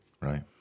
Right